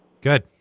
good